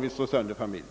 vill slå sönder familjen.